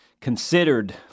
considered